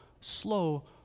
slow